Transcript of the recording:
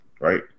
right